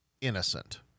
innocent